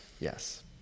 yes